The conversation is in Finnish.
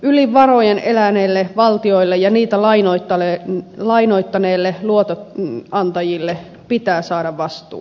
yli varojen eläneille valtioille ja niitä lainoittaneille luotonantajille pitää saada vastuu